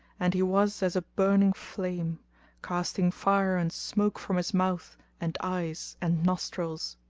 and he was as a burning flame casting fire and smoke from his mouth and eyes and nostrils.